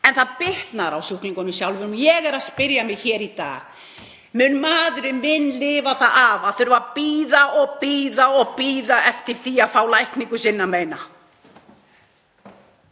En það bitnar á sjúklingunum sjálfum. Ég spyr mig hér í dag: Mun maðurinn minn lifa það af að þurfa að bíða og bíða eftir því að fá lækningu sinna meina?